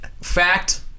fact